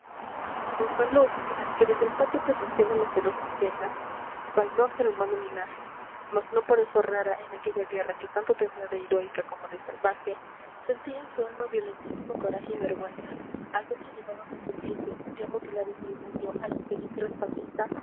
monsalud que desde el patio presenciaba la feroz escena baldón del humano linaje mas no por eso rara en aquella guerra que tanto tenía de heroica como de salvaje sentía en su alma violentísimo coraje y vergüenza al ver que llevaban al suplicio ya mutilado y moribundo al infeliz